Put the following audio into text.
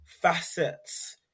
facets